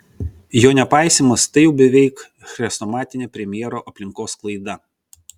jo nepaisymas tai jau beveik chrestomatinė premjero aplinkos klaida